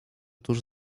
tuż